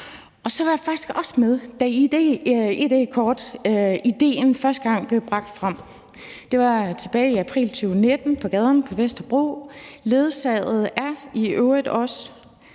Så var jeg faktisk også med, da idéen om et id-kort første gang blev bragt frem. Det var tilbage i april 2019 på gaden på Vesterbro, i øvrigt også